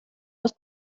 aus